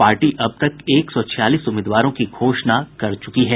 party अब तक एक सौ छियालीस उम्मीदवारों की घोषणा कर चुकी है